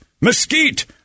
mesquite